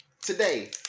today